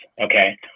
Okay